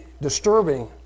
disturbing